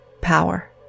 power